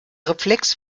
reflex